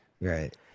Right